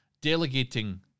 delegating